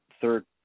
third